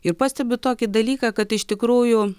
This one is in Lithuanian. ir pastebiu tokį dalyką kad iš tikrųjų